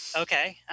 Okay